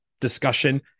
discussion